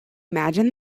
imagine